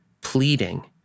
pleading